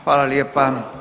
Hvala lijepa.